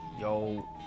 Yo